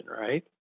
right